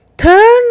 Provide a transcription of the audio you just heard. Turn